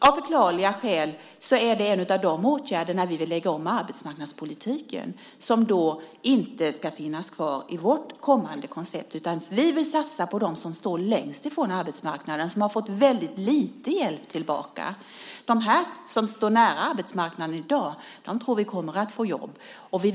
Av förklarliga skäl är det en av de åtgärder där vi vill lägga om arbetsmarknadspolitiken, och den ska alltså inte finnas kvar i vårt kommande koncept. I stället vill vi satsa på dem som står längst från arbetsmarknaden, som fått väldigt lite hjälp att komma tillbaka. De som i dag står nära arbetsmarknaden tror vi kommer att få jobb.